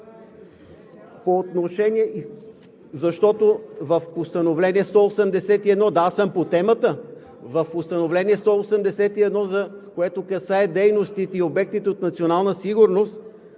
– в Постановление № 181, което касае дейностите и обектите от националната сигурност,